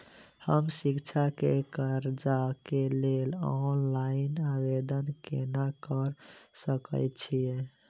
हम शिक्षा केँ कर्जा केँ लेल ऑनलाइन आवेदन केना करऽ सकल छीयै?